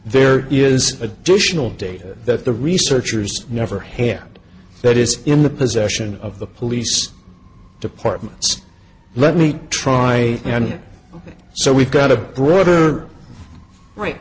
there is additional data that the researchers never hear that is in the possession of the police departments let me try and ok so we've got a border right